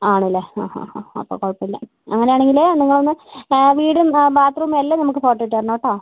ആണല്ലേ ആ ഹാ ഹാ ഹാ അപ്പോൾ കുഴപ്പമില്ല അങ്ങനെ ആണെങ്കിൽ നിങ്ങൾ ഒന്ന് വീടും ബാത്റൂമും എല്ലാം നമുക്ക് ഫോട്ടോ ഇട്ടുതരണം കേട്ടോ